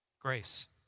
grace